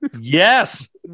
Yes